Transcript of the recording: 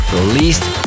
released